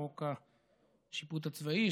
חוק השיפוט הצבאי,